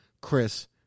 Chris